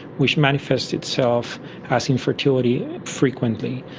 which manifests itself as infertility frequently.